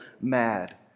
mad